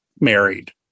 married